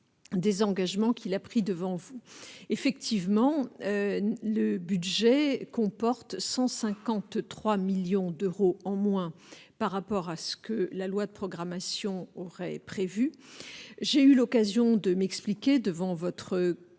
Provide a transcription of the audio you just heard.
des engagements qu'il a pris devant vous effectivement le budget comporte 153 millions d'euros en moins par rapport à ce que la loi de programmation aurait prévu, j'ai eu l'occasion de m'expliquer devant votre commission